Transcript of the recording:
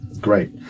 great